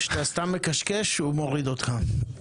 כשאתה סתם מקשקש הוא מוריד אותך.